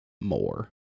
more